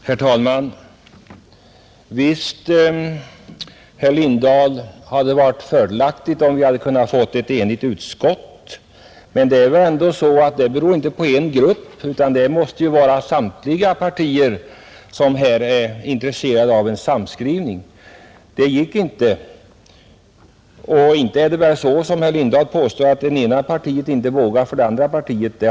Herr talman! Ja, herr Lindahl, visst hade det varit fördelaktigt om vi kunnat få ett enigt utskottsbetänkande, men det beror ju inte på bara en grupp om det skall lyckas, utan då måste samtliga partier vara intresserade av en samskrivning. Det gick inte i detta fall. Inte heller förhåller det sig så som herr Lindahl påstod, att man i det ena partiet inte vågade för det andra partiets skull.